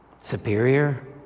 Superior